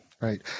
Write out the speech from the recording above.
Right